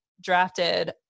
drafted